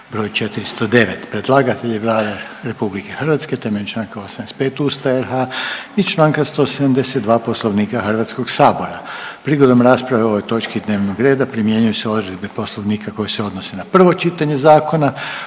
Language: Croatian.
br. 409 Predlagatelj je Vlada Republike Hrvatske temeljem članka 85. Ustava RH i članka 172. Poslovnika Hrvatskog sabora. Prigodom rasprave o ovoj točki dnevnog reda primjenjuju se odredbe Poslovnika koje se odnose na prvo čitanje zakona.